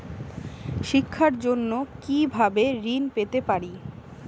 শিক্ষার জন্য কি ভাবে ঋণ পেতে পারি?